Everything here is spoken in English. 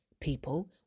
people